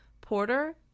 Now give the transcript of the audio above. Porter